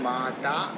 Mata